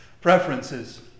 preferences